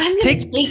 Take